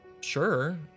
sure